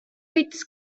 its